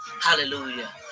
Hallelujah